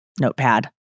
notepad